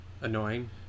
annoying